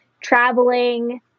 traveling